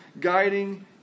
guiding